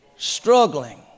Struggling